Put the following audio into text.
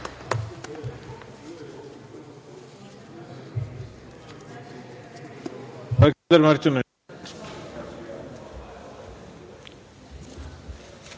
Hvala